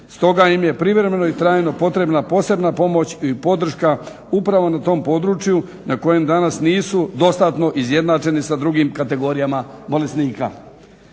Stoga im je privremeno i trajno potrebna posebna pomoć i podrška upravo na tom području na kojem danas nisu dostatno izjednačeni s drugim kategorijama bolesnika.